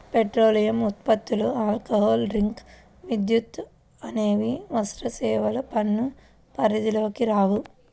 petroleum ఉత్పత్తులు, alcohol drinks, విద్యుత్ అనేవి వస్తుసేవల పన్ను పరిధిలోకి రావు